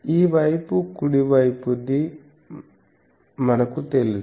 ఈ వైపు కుడి వైపు ది మనకు తెలుసు